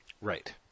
Right